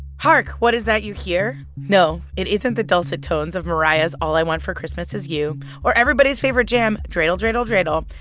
hark, what is that you hear? no, it isn't the dulcet tones of mariah's all i want for christmas is you or everybody's favorite jam, dreidel, dreidel, dreidel.